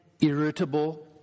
irritable